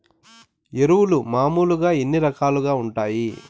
ఎరువులు మామూలుగా ఎన్ని రకాలుగా వుంటాయి?